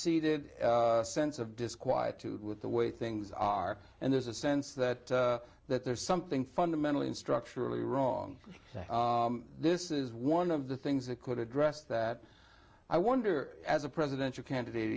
seated sense of disquietude with the way things are and there's a sense that that there's something fundamentally structurally wrong that this is one of the things that could address that i wonder as a presidential candidate